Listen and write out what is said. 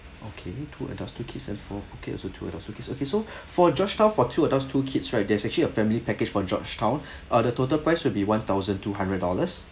okay two adults two kids and for phuket also two adults two kids okay so for georgetown for two adults two kids right there's actually a family package for georgetown uh the total price would be one thousand two hundred dollars